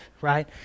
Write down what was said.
right